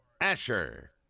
Asher